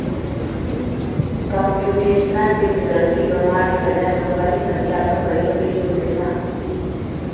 computational वित्त गणितीय प्रमाण के बजाय व्यावहारिक संख्यात्मक तरीका पे जोर देवला